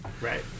Right